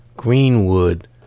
Greenwood